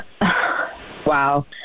Wow